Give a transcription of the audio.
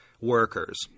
workers